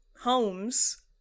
homes